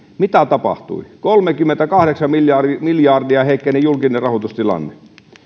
mitä tapahtui kolmekymmentäkahdeksan miljardia miljardia heikkeni julkinen rahoitustilanne